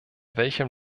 welchem